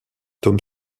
tom